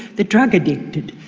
the drug addicted,